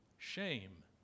Shame